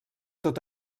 tot